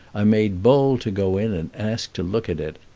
i made bold to go in and ask to look at it.